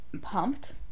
Pumped